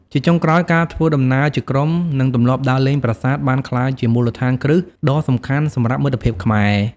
ជាចុងក្រោយ ការធ្វើដំណើរជាក្រុមនិងទម្លាប់ដើរលេងប្រាសាទបានក្លាយជាមូលដ្ឋានគ្រឹះដ៏សំខាន់សម្រាប់មិត្តភាពខ្មែរ។